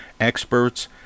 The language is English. experts